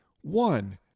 One